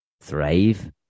thrive